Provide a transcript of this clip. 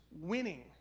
winning